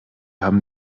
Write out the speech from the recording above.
haben